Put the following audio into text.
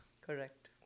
Correct